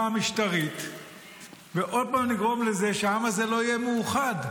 המשטרית ועוד פעם לגרום לזה שהעם הזה לא יהיה מאוחד?